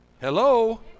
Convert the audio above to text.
Hello